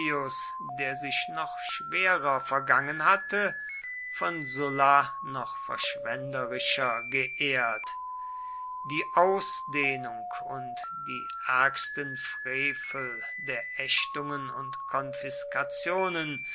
der sich noch schwerer vergangen hatte von sulla noch verschwenderischer geehrt die ausdehnung und die ärgsten frevel der ächtungen und